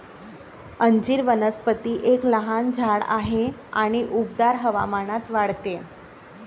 अंजीर वनस्पती एक लहान झाड आहे आणि उबदार हवामानात वाढते